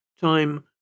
Time